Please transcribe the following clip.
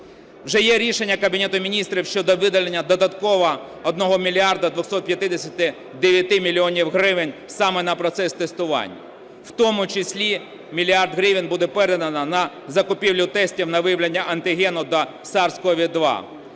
Вже є рішення Кабінету Міністрів щодо виділення додатково 1 мільярда 259 мільйонів гривень саме на процес тестувань, в тому числі мільярд гривень буде передано на закупівлю тестів на виявлення антигену до SARS-CoV-2.